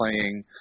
playing